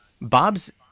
Bob's